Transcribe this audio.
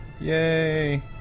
Yay